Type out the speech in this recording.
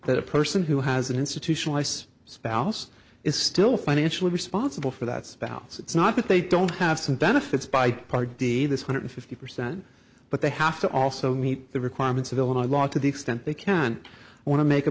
that a person who has an institutional ice spouse is still financially responsible for that spouse it's not that they don't have some benefits by part d this hundred fifty percent but they have to also meet the requirements of illinois law to the extent they can